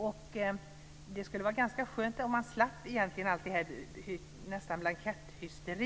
Det skulle egentligen vara ganska skönt om de slapp utsättas för det som nästan är en blanketthysteri.